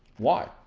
why?